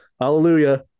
Hallelujah